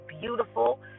beautiful